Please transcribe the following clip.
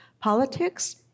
Politics